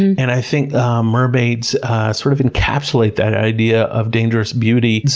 and i think mermaids sort of encapsulate that idea of dangerous beauty.